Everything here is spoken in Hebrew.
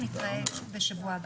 נתראה בשבוע הבא.